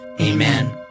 Amen